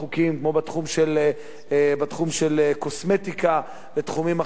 כמו בתחום של קוסמטיקה ובתחומים אחרים,